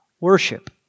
worship